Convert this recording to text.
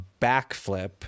backflip